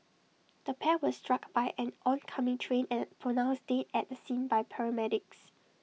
the pair were struck by an oncoming train and pronounced dead at the scene by paramedics